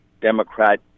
Democrat